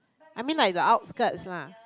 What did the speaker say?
I mean like the outskirts lah